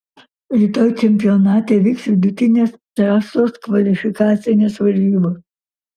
rytoj čempionate vyks vidutinės trasos kvalifikacinės varžybos